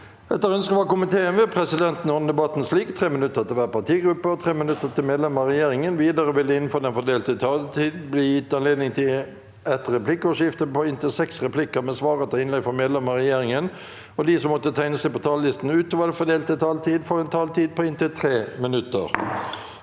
og sosialkomiteen vil presidenten ordne debatten slik: 3 minutter til hver partigruppe og 3 minutter til medlemmer av regjeringen. Videre vil det – innenfor den fordelte taletid – bli gitt anledning til et replikkordskifte på inntil seks replikker med svar etter innlegg fra medlemmer av regjeringen, og de som måtte tegne seg på talerlisten utover den fordelte taletid, får også en taletid på inntil 3 minutter.